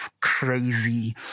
crazy